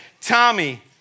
Tommy